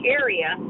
area